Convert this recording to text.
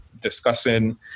discussing